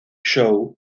show